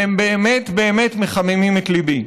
והם באמת מחממים את ליבי.